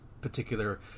particular